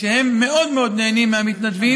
שהם מאוד מאוד נהנים מהמתנדבים.